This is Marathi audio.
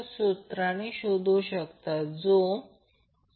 6 वॅट आहे याचा अर्थ ही